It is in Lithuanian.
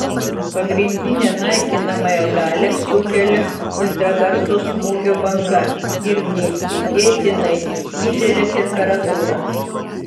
pagrindinę naikinamąją galią sukelia ultragarso smūgio banga ir neįtikėtinai didelė temperatūra